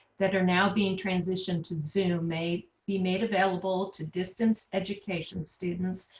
that are now being transitioned to the zoom may be made available to distance education students,